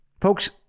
Folks